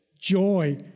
joy